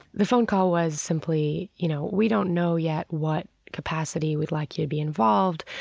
the phone call was simply, you know, we don't know yet what capacity we'd like you to be involved.